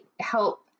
help